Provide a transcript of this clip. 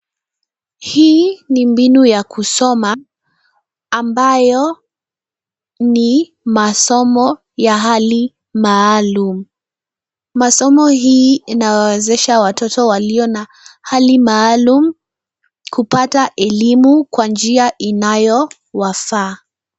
Hii ni mbinu ya kusoma ambayo ni masomo ya hali maalum. Masomo hii inawawezesha watoto walio na hali maalum kupata elimu Kwa njia inayowafaa.